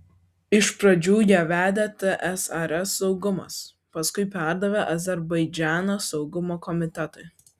iš pradžių ją vedė tsrs saugumas paskui perdavė azerbaidžano saugumo komitetui